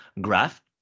graph